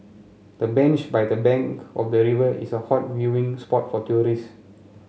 the bench by the bank of the river is a hot viewing spot for tourists